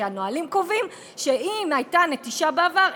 כי הנהלים קובעים שאם הייתה נטישה בעבר,